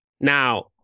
Now